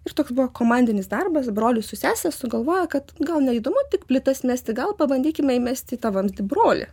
ir toks buvo komandinis darbas broliui su sese sugalvojo kad gal neįdomu tik plytas mesti gal pabandykime įmesti į tą vamzdį brolį